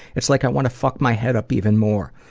it's like i want to fuck my head up even more.